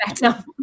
better